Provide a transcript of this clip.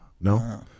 No